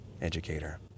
Educator